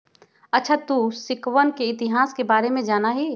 अच्छा तू सिक्कवन के इतिहास के बारे में जाना हीं?